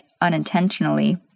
unintentionally